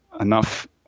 enough